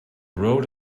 road